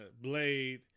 Blade